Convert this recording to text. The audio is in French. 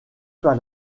par